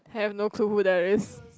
have no clue who there is